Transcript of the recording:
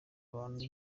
abandi